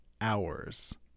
Hours